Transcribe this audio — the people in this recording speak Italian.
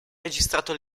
registrato